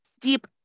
deep